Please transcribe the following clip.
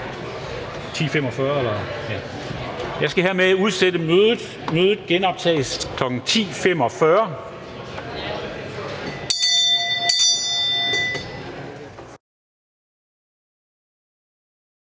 Jeg skal hermed udsætte mødet. Mødet genoptages kl. 10.45.